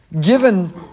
Given